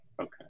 Okay